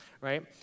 right